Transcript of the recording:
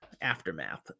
Aftermath